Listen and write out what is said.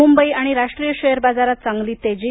मुंबई आणि राष्ट्रीय शेअर बाजारात चांगली तेजी